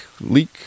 Leak